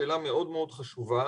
זאת שאלה מאוד חשובה,